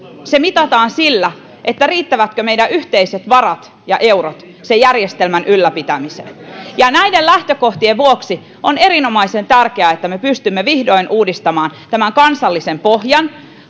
mitataan sillä riittävätkö meidän yhteiset varat ja eurot sen järjestelmän ylläpitämiseen näiden lähtökohtien vuoksi on erinomaisen tärkeää että me pystymme vihdoin uudistamaan tämän kansallisen pohjan